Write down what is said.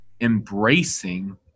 embracing